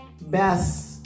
best